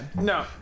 No